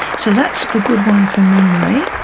so that's a good one for memory.